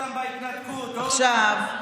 בהתנתקות, לא עכשיו.